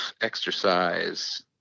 exercise